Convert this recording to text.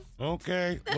Okay